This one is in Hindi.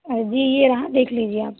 जी यह रहा देख लीजिए आप